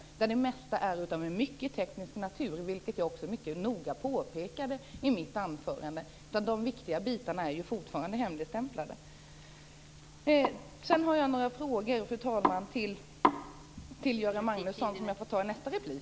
Där är det mesta av en mycket teknisk natur, vilket jag också mycket noga påpekade i mitt anförande. De viktiga bitarna är fortfarande hemligstämplade. Fru talman! Jag har några frågor till Göran Magnusson som jag får ta i nästa replik.